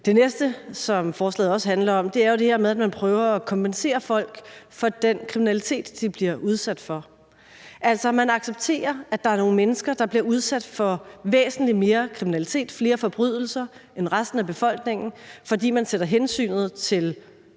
Det næste, som forslaget også handler om, er jo det her med, at man prøver at kompensere folk for den kriminalitet, de bliver udsat for. Altså, man accepterer, at der er nogle mennesker, der bliver udsat for væsentlig mere kriminalitet og flere forbrydelser end resten af befolkningen, fordi man sætter hensynet til